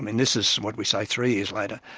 and this is what, we say three years later,